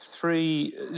three